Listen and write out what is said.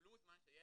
ובכלום זמן שיש,